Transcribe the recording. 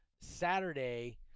Saturday